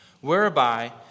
whereby